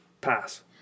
Pass